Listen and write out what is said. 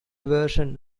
version